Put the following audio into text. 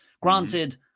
Granted